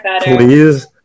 please